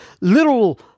little